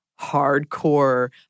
hardcore